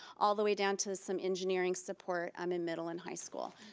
all the way down to some engineering support um in middle and high school.